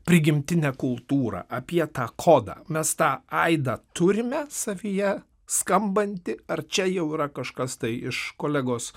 prigimtinę kultūrą apie tą kodą mes tą aidą turime savyje skambanti ar čia jau yra kažkas tai iš kolegos